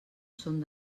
són